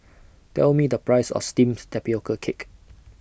Tell Me The Price of Steamed Tapioca Cake